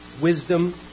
wisdom